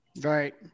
Right